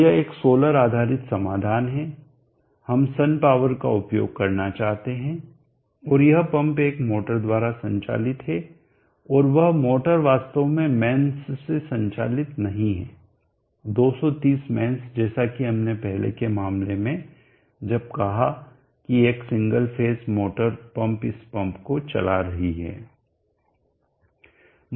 तो यह एक सोलर आधारित समाधान है हम सन पॉवर सूर्य शक्ति का उपयोग करना चाहते हैं और यह पंप एक मोटर द्वारा संचालित है और वह मोटर वास्तव में मैन्स से संचालित नहीं है 230 मैन्स जैसा कि हमने पहले के मामले में जब कहा की एक सिंगल फेस मोटर इस पंप को चला रही है